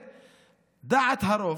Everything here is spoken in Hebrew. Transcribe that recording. אומרת, דעת הרוב,